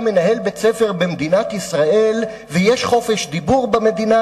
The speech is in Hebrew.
בית-ספר במדינת ישראל ויש חופש דיבור במדינה,